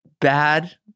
bad